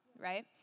right